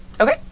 Okay